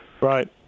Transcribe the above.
Right